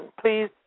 please